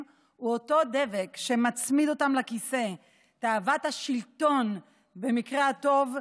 הוא אותו דבק שמצמיד אותם לכיסא: תאוות השלטון במקרה הטוב,